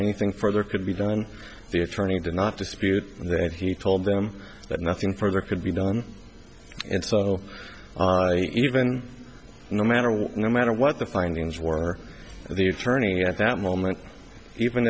anything further could be done and the attorney did not dispute that he told them that nothing further could be done and so even no matter what no matter what the findings were the attorney at that moment even